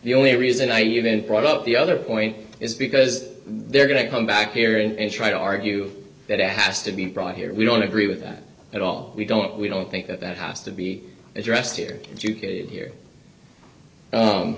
the only reason i even brought up the other point is because they're going to come back here in trying to argue that it has to be brought here we don't agree with that at all we don't we don't think that that has to be addressed here